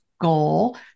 goal